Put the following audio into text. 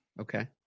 okay